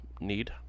need